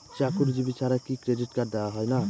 চাকুরীজীবি ছাড়া কি ক্রেডিট কার্ড দেওয়া হয় না?